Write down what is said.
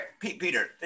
peter